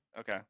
Okay